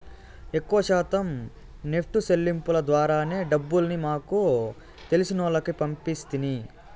ఎక్కవ శాతం నెప్టు సెల్లింపుల ద్వారానే డబ్బుల్ని మాకు తెలిసినోల్లకి పంపిస్తిని